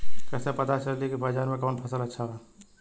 कैसे पता चली की बाजार में कवन फसल अच्छा बा?